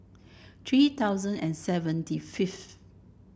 three thousand and seventy fifth